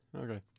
Okay